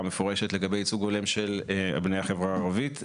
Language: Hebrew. מפורשת לגבי ייצוג הולם של בני החברה הערבית,